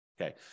Okay